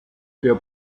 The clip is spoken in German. der